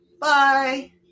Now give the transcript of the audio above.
Bye